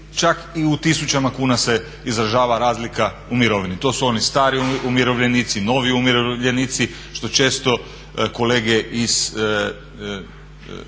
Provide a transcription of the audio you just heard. čak u tisućama kuna se izražava razlika u mirovini. To su oni stari umirovljenici, novi umirovljenici što često kolege iz